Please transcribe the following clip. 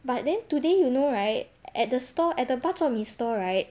but then today you know right at the stall at the bak chor mee stall right